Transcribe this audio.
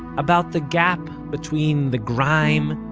about the gap between the grime,